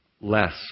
less